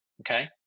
okay